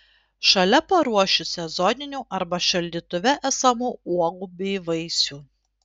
šalia paruošiu sezoninių arba šaldytuve esamų uogų bei vaisių